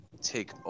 take